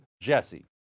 JESSE